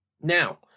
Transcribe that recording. Now